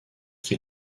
qui